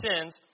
sins